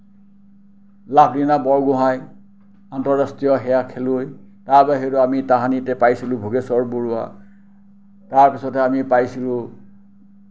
লাভলীনা বৰগোঁহাই আন্তৰাষ্ট্ৰীয় সেয়া খেলুৱৈ তাৰবাহিৰে আমি তাহানিতে পাইছিলোঁ ভোগেশ্বৰ বৰুৱা তাৰ পিছতে আমি পাইছিলোঁ